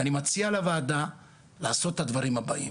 אני מציע לוועדה לעשות את הדברים הבאים,